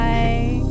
Bye